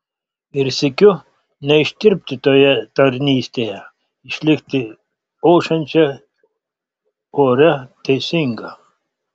ir sykiu neištirpti toje tarnystėje išlikti ošiančia oria teisinga